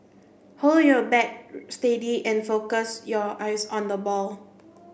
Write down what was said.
hold your bat steady and focus your eyes on the ball